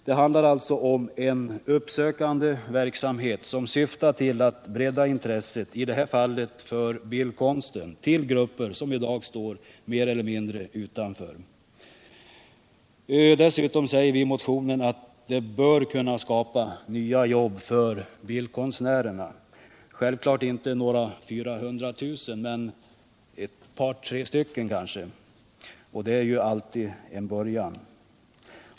Det handlar om en uppsökande verksamhet som syftar till att bredda intresset, i det här fallet för bildkonsten, till grupper som i dag står mer eller mindre utanför. Dessutom säger vi i motionen att det bör kunna skapa nya jobb för bildkonstnärer — självfallet inte några 400 000, men ett par, tre stycken kanske, och det är ju alltid en början.